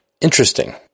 Interesting